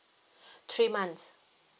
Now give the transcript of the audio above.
three months